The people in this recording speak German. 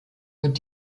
wird